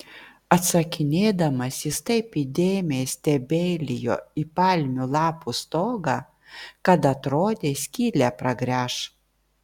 atsakinėdamas jis taip įdėmiai stebeilijo į palmių lapų stogą kad atrodė skylę pragręš